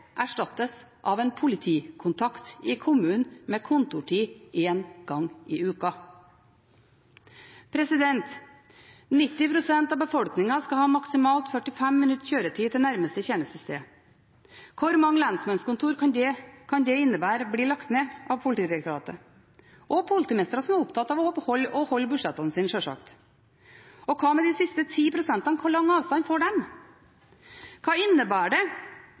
erstattes av en politikontakt i kommunen med kontortid en gang i uka. 90 pst. av befolkningen skal ha maksimalt 45 minutters kjøretid til nærmeste tjenestested. Hvor mange lensmannskontor kan det innebære blir lagt ned av Politidirektoratet og politimestre som er opptatt av å holde budsjettene sine, sjølsagt? Og hva med de siste 10 prosentene? Hvor lang avstand får de? Hva innebærer det